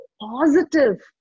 positive